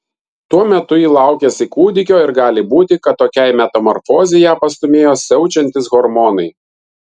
tuo metu ji laukėsi kūdikio ir gali būti kad tokiai metamorfozei ją pastūmėjo siaučiantys hormonai